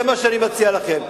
זה מה שאני מציע לכם.